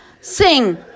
sing